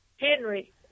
Henry